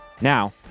Now